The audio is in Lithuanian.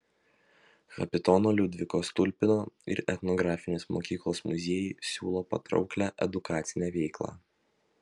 kapitono liudviko stulpino ir etnografinis mokyklos muziejai siūlo patrauklią edukacinę veiklą